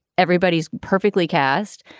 everybody's perfectly cast.